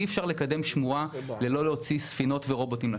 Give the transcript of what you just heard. אי אפשר לקדם שמורה בלי להוציא לשטח ספינות ורובוטים.